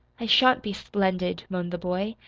i shan't be splendid, moaned the boy.